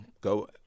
go